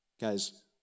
Guys